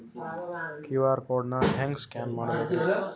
QR code ನಾ ಹೆಂಗ scan ಮಾಡಬೇಕ್ರಿ?